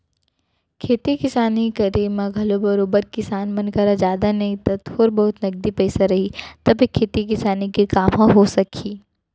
खेती किसानी के करे म घलौ बरोबर किसान मन करा जादा नई त थोर बहुत नगदी पइसा रही तभे खेती किसानी के काम ह हो सकही